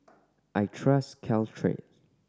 I trust Caltrate